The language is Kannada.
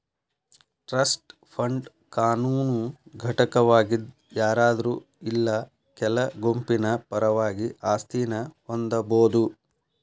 ಟ್ರಸ್ಟ್ ಫಂಡ್ ಕಾನೂನು ಘಟಕವಾಗಿದ್ ಯಾರಾದ್ರು ಇಲ್ಲಾ ಕೆಲ ಗುಂಪಿನ ಪರವಾಗಿ ಆಸ್ತಿನ ಹೊಂದಬೋದು